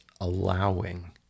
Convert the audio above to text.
allowing